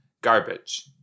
Garbage